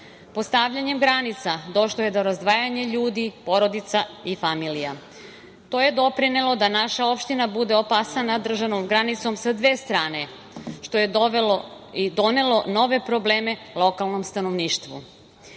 Postavljanjem granica došlo je do razdvajanja ljudi, porodica i familija. To je doprinelo da naša opština bude opasana sa državnom granicom sa dve strane, što je i donelo nove probleme lokalnom stanovništvu.U